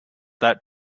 that